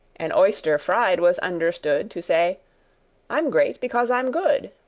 an oyster fried was understood to say i'm great because i'm good!